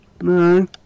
No